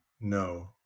no